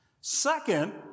Second